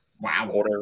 Wow